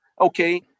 okay